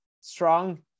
strong